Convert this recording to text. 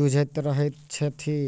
जुझैत रहैत छथि